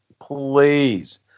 Please